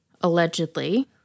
allegedly